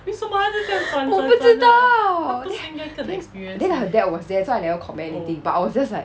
我不知道 then then then her dad was there so I never comment anything but I was just like